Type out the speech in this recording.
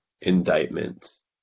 indictments